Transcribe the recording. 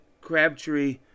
Crabtree